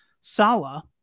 Salah